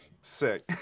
sick